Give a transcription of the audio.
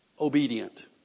obedient